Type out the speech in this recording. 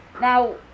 now